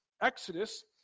Exodus